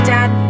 Dad